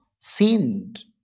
sinned